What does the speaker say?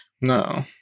No